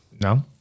No